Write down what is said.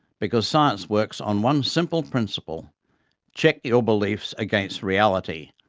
because science works on one simple principle check your beliefs against reality,